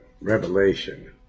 Revelation